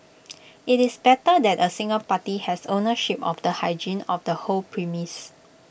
IT is better that A single party has ownership of the hygiene of the whole premise